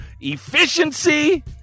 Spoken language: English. efficiency